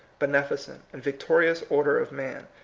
beneficent, and victorious order of man,